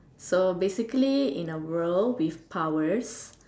so basically in a world with powers